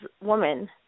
woman